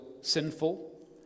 sinful